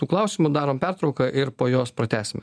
tų klausimų darom pertrauką ir po jos pratęsi